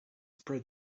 spread